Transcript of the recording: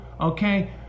okay